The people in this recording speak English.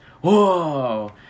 Whoa